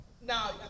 Now